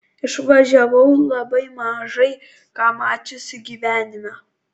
išvažiavau labai mažai ką mačiusi gyvenime